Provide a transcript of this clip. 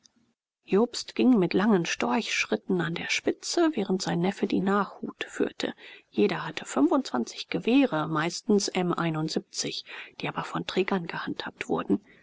jobst ging mit langen storchschlitten an der spitze während sein neffe die nachhut führte jeder hatte fünfundzwanzig gewehre meistens m die aber von trägern gehandhabt wurden